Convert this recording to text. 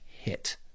hit